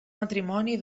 matrimoni